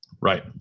Right